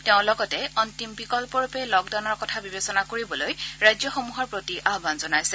তেওঁ লগতে ৰাজ্যসমূহক অন্তিম বিকল্পৰূপে লকডাউনৰ কথা বিবেচনা কৰিবলৈ ৰাজ্যসমূহৰ প্ৰতি আয়ান জনাইছে